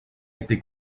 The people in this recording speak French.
été